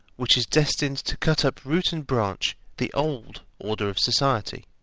which is destined to cut up root and branch the old order of society.